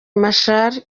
macharia